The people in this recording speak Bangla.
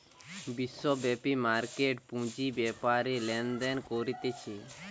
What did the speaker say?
বিশ্বব্যাপী মার্কেট পুঁজি বেপারে লেনদেন করতিছে